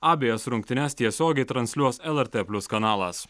abejas rungtynes tiesiogiai transliuos lrt plius kanalas